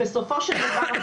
בסופו של דבר,